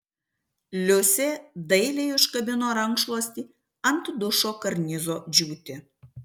liusė dailiai užkabino rankšluostį ant dušo karnizo džiūti